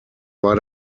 war